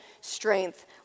strength